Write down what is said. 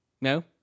No